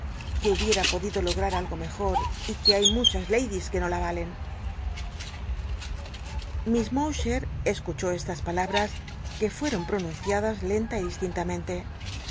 que hubiera podido lograr algo mejor y que hay muchas jadys que no la nlen miss m owchcr escuchó estas palabras e ue fueron pronunciadas lenta y distintamente